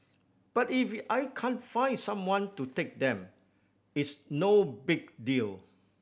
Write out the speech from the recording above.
but if I can't find someone to take them it's no big deal